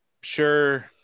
sure